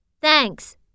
Thanks